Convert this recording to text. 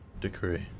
decree